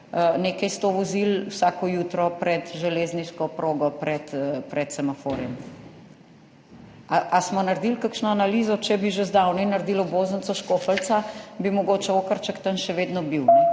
nekaj sto vozil, vsako jutro pred železniško progo, pred semaforjem. Ali smo naredili kakšno analizo? Če bi že zdavnaj naredili obvoznico Škofljica, bi bil mogoče okarček še vedno tam,